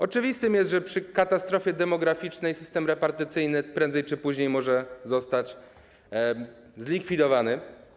Oczywiste jest, że przy katastrofie demograficznej system repartycyjny prędzej czy później może zostać zlikwidowany.